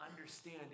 understand